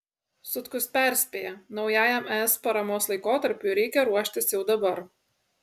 sutkus perspėja naujajam es paramos laikotarpiui reikia ruoštis jau dabar